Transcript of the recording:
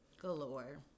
galore